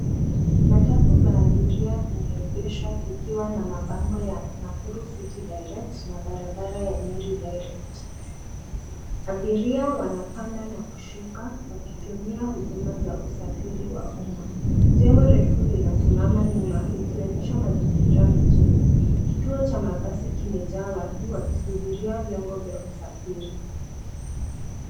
Matatu za abiria zimeegeshwa zikiwa na mabango ya Nakuru City Direct na barabara ya Nyeri Direct. Abiria wanapanda na kushuka wakitumia huduma za usafiri wa umma. Jengo refu linasimama nyuma, likionyesha mazingira mjini. Kituo cha mabasi kimejaa watu wakisubiria vyombo vya usafiri.